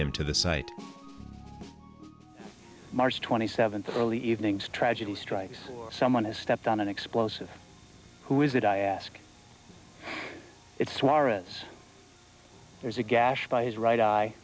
him to the site march twenty seventh early evenings tragedy strikes someone has stepped on an explosive who is it i ask it's waras there's a gash by his ri